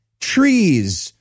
trees